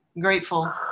grateful